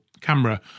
camera